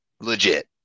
legit